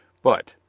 but,